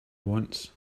wants